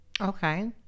okay